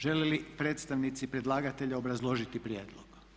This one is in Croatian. Žele li predstavnici predlagatelja obrazložiti prijedlog?